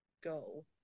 goal